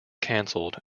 canceled